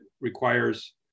requires